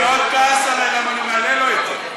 הוא מאוד כעס למה אני מעלה לו את זה.